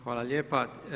Hvala lijepa.